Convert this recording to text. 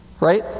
Right